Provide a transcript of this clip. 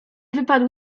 wypadł